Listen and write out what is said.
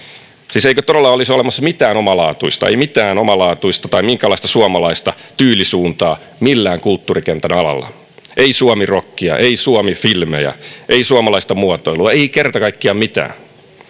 siis eikö todella olisi olemassa mitään omalaatuista ei mitään omalaatuista tai minkäänlaista suomalaista tyylisuuntaa millään kulttuurikentän alalla ei suomirockia ei suomifilmejä ei suomalaista muotoilua ei kerta kaikkiaan mitään